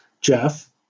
Jeff